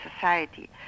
society